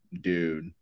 Dude